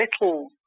little